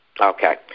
Okay